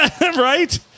Right